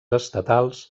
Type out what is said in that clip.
estatals